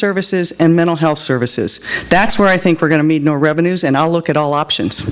services and mental health services that's where i think we're going to need more revenues and i'll look at all options